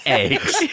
eggs